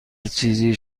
چیزی